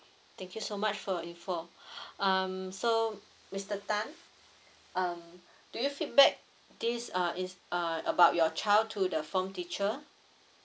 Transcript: thank you so much for your info um so mister tan um do you feedback this uh is uh about your child to the form teacher